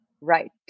Right